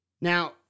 Now